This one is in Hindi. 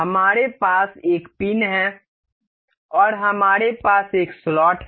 हमारे पास एक पिन है और हमारे पास एक स्लॉट है